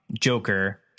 Joker